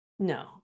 No